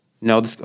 no